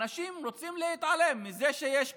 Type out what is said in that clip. אנשים רוצים להתעלם מזה שיש כיבוש,